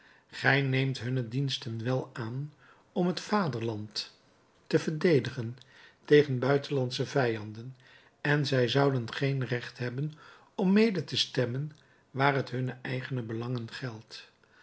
gij neemt hunne diensten wel aan om het vaderland te verdedigen tegen buitenlandsche vijanden en zij zouden geen recht hebben om mede te stemmen waar het hunne eigene belangen geldt